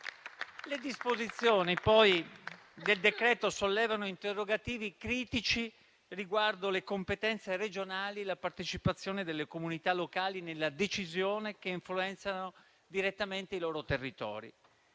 Le disposizioni del decreto in esame sollevano interrogativi critici riguardo le competenze regionali e la partecipazione delle comunità locali nelle decisioni che influenzano direttamente i loro territori.